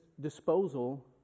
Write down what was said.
disposal